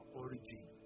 origin